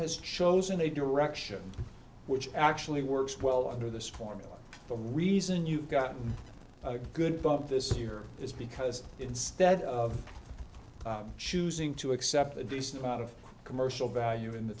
has chosen a direction which actually works well under this formula the reason you've gotten a good bump this year is because instead of choosing to accept a decent amount of commercial value in